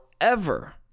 forever